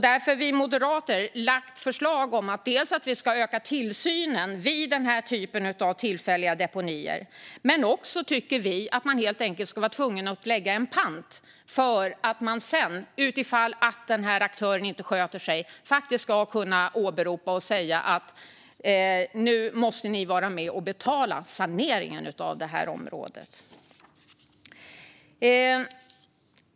Därför har vi moderater lagt fram förslag om att öka tillsynen vid den här typen av tillfälliga deponier. Vi tycker också att aktörerna helt enkelt ska vara tvungna att lämna pant så att man ifall en aktör inte sköter sig ska kunna åberopa den och säga att aktören måste vara med och betala saneringen av området.